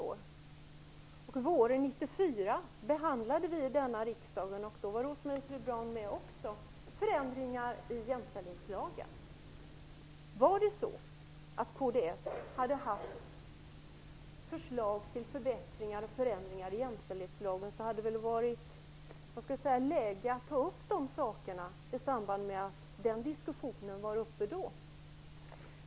Våren 1994 behandlade riksdagen förändringar i jämställdhetslagen, och då var även Rose-Marie Frebran med. Om kds då hade förslag till förändringar och förbättringar i jämställdhetslagen hade det varit läge att ta upp dessa i samband med den diskussionen.